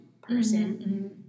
person